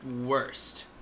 worst